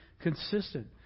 consistent